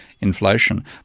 inflation